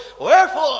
Wherefore